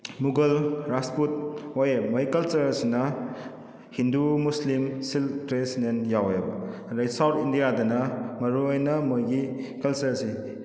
ꯃꯨꯒꯜ ꯔꯥꯖꯄꯨꯠ ꯃꯣꯏ ꯃꯣꯏ ꯀꯜꯆꯔꯁꯤꯅ ꯍꯤꯟꯗꯨ ꯃꯨꯁꯂꯤꯝ ꯁꯤꯜꯛ ꯇ꯭ꯔꯦꯗꯤꯁꯅꯦꯜ ꯌꯥꯎꯋꯦꯕ ꯑꯗꯩ ꯁꯥꯎꯠ ꯏꯟꯗꯤꯌꯥꯗꯅ ꯃꯔꯨꯑꯣꯏꯅ ꯃꯣꯏꯒꯤ ꯀꯜꯆꯔꯁꯦ